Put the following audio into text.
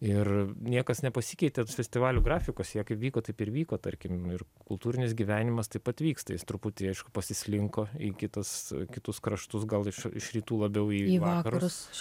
ir niekas nepasikeitė festivalių grafikuose jie kaip vyko taip ir vyko tarkim ir kultūrinis gyvenimas taip pat vyksta jis truputį aišku pasislinko į kitas kitus kraštus gal iš iš rytų labiau į vakarus